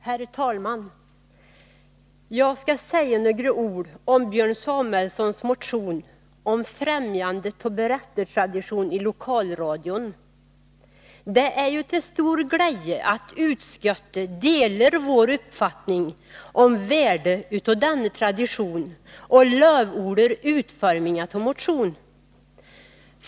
Herr talman! Ja skä säje nögre ol om Björn Samuelsons motion om främjandet tå berättertradition i lokalradion. Dä är ju te stor gläje att utskötte deler vår uppfattning om värde utå denne tradition å lövorder utförminga tå motion.